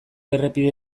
errepide